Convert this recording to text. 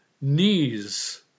knees